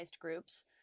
groups